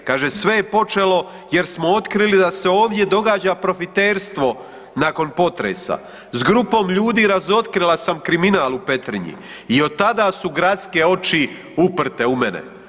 Kaže „Sve je počelo jer smo otkrili da se ovdje događa profiterstvo nakon potresa, s grupom ljudi razotkrila sam kriminal u Petrinji i od tada su gradske oči uprte u mene.